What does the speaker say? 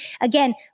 Again